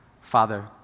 Father